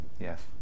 yes